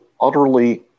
utterly